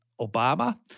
Obama